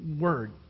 word